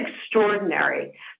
extraordinary